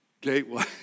Gateway